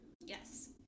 Yes